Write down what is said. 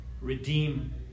redeem